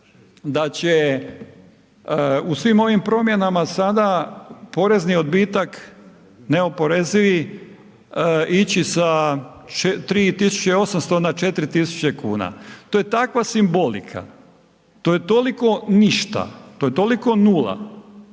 da će u svim ovim promjenama sada, porezni odbitak neoporezivi, ići sa 3800 na 4000 kuna, to je takva simbolika, to je toliko ništa, to je toliko nula,